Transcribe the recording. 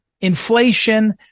inflation